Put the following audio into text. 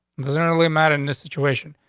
doesn't really matter in this situation.